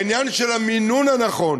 העניין של המינון הנכון,